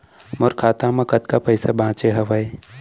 मोर खाता मा कतका पइसा बांचे हवय?